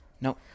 No